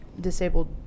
disabled